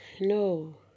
No